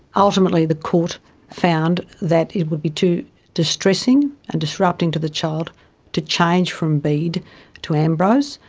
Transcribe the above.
ultimately the court found that it would be too distressing and disrupting to the child to change from bede to ambrose,